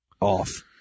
off